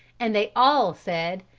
and they all said,